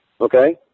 Okay